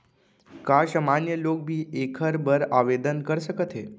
का सामान्य लोग भी एखर बर आवदेन कर सकत हे?